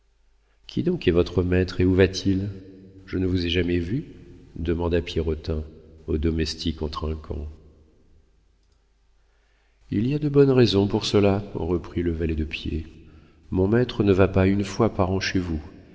qui donc est votre maître et où va-t-il je ne vous ai jamais vu demanda pierrotin au domestique en trinquant il y a de bonnes raisons pour cela reprit le valet de pied mon maître ne va pas une fois par an chez vous